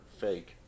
fake